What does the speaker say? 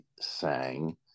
sang